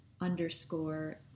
underscore